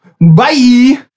Bye